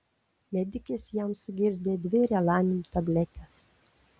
medikės jam sugirdė dvi relanium tabletes